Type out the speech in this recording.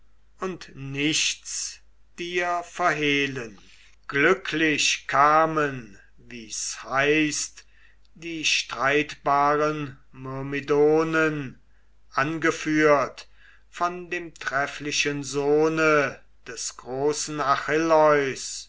und nichts dir verhehlen glücklich kamen wie's heißt die streitbaren myrmidonen angeführt von dem trefflichen sohne des großen